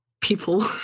people